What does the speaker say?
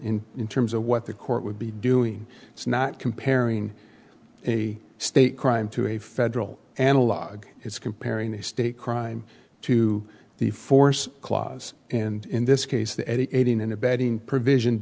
here in terms of what the court would be doing it's not comparing a state crime to a federal analogue it's comparing the state crime to the force clause and in this case the aiding and abetting provision